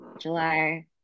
July